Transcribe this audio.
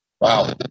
Wow